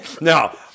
No